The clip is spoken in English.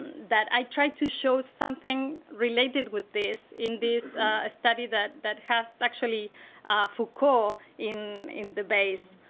that i tried to show something related with this in this study that that has sexually foucault in in the base.